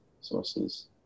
sources